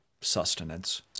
sustenance